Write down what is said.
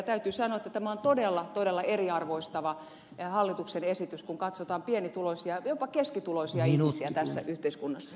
täytyy sanoa että tämä on todella todella eriarvoistava hallituksen esitys kun katsotaan pienituloisia jopa keskituloisia ihmisiä tässä yhteiskunnassa